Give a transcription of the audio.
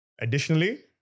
Additionally